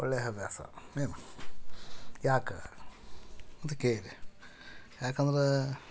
ಒಳ್ಳೆಯ ಹವ್ಯಾಸ ಏನು ಯಾಕೆ ಅಂತ ಕೇರಿ ಯಾಕಂದ್ರೆ